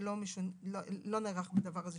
לא נערך בדבר הזה שינוי.